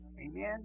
Amen